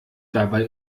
dabei